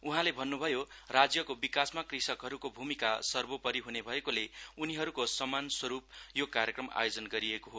उहाँले भन्नुभयो राज्यको विकासमा कृषकहरूको भूमिका सर्वोपरी हुने भएकोले उनीहरूको सम्मान स्वरुप यो कार्यक्रम आयोजन गरिएको हो